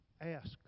ask